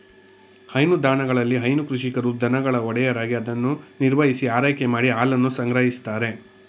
ಹೈನುದಾಣಗಳಲ್ಲಿ ಹೈನು ಕೃಷಿಕರು ದನಗಳ ಒಡೆಯರಾಗಿ ಅವನ್ನು ನಿರ್ವಹಿಸಿ ಆರೈಕೆ ಮಾಡಿ ಹಾಲನ್ನು ಸಂಗ್ರಹಿಸ್ತಾರೆ